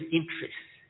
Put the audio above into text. interests